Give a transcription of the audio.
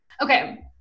Okay